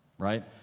right